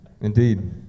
Indeed